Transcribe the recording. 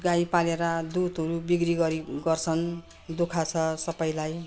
गाई पालेर दुधहरू बिक्री गरी गर्छन् दुख छ सबैलाई